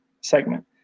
segment